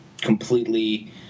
completely